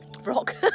rock